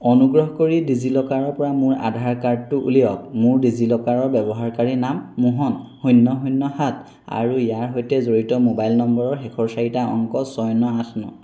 অনুগ্ৰহ কৰি ডিজিলকাৰৰপৰা মোৰ আধাৰ কাৰ্ডটো উলিয়াওক মোৰ ডিজিলকাৰৰ ব্যৱহাৰকাৰী নাম মোহন শূন্য শূন্য সাত আৰু ইয়াৰ সৈতে জড়িত মোবাইল নম্বৰৰ শেষৰ চাৰিটা অংক ছয় ন আঠ ন